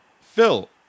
Phil